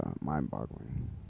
mind-boggling